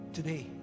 Today